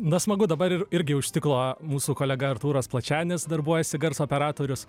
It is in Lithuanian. na smagu dabar ir irgi už stiklo mūsų kolega artūras plačenis darbuojasi garso operatorius